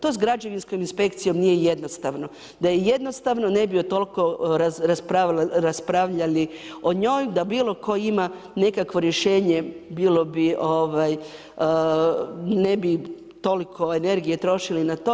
To s građevinskom inspekcijom nije jednostavno, da je jednostavno ne bismo toliko raspravljali o njoj, da bilo tko ima nekakvo rješenje bilo bi, ne bi toliko energije trošili na to.